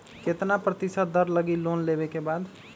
कितना प्रतिशत दर लगी लोन लेबे के बाद?